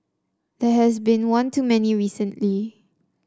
there has been one too many recently